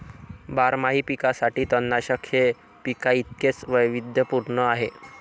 बारमाही पिकांसाठी तणनाशक हे पिकांइतकेच वैविध्यपूर्ण आहे